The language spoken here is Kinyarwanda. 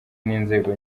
n’inzego